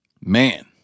Man